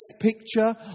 picture